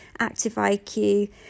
ActiveIQ